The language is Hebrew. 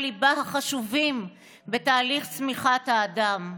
הליבה החשובים בתהליך צמיחת האדם.